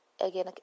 Again